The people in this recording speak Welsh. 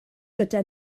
gyda